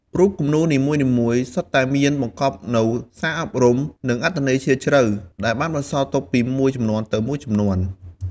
រូបគំនូរនីមួយៗសុទ្ធតែមានបង្កប់នូវសារអប់រំ និងអត្ថន័យជ្រាលជ្រៅ ដែលបានបន្សល់ទុកពីជំនាន់មួយទៅជំនាន់មួយ។